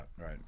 Right